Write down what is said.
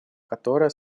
которая